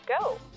go